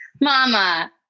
mama